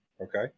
okay